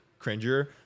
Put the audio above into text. cringier